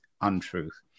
untruth